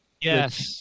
Yes